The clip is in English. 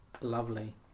Lovely